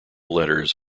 letters